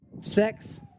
Sex